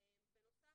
בנוסף,